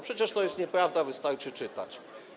Przecież to jest nieprawda, wystarczy czytać.